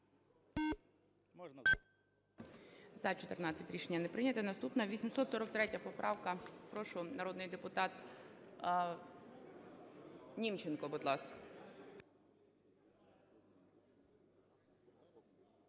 За-14 Рішення не прийнято. Наступна – 843 поправка. Прошу, народний депутат Німченко, будь ласка.